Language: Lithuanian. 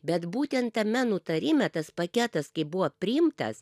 bet būtent tame nutarime tas paketas kai buvo priimtas